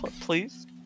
please